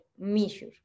measure